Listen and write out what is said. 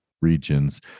regions